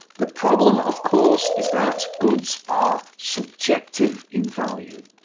the problem, of course, is that goods are subjective in value.